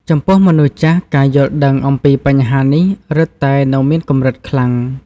ចំពោះមនុស្សចាស់ ការយល់ដឹងអំពីបញ្ហានេះរឹតតែនៅមានកម្រិតខ្លាំង។